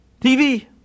TV